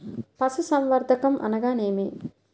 పశుసంవర్ధకం అనగానేమి?